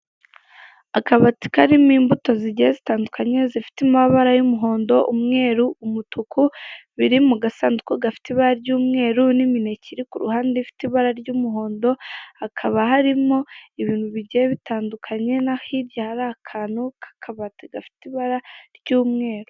Akabati karimo imbuto zigiye zitandukanye, zifite amabara y'umuhondo, umweru, umutuku, biri mu gasanduku gafite ibara ry'umweru, n'imineke iri kuruhande ifite ibara ry'umuhondo, hakaba harimo ibintu bigiye bitandukanye, na hirya hari akantu k'akabati gafite ibara ry'umweru.